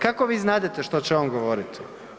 Kako vi znadete što će on govoriti?